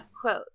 Quote